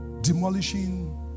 demolishing